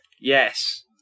Yes